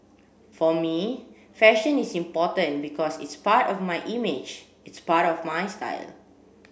for me fashion is important because it's part of my image it's part of my style